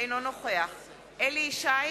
אינו נוכח אליהו ישי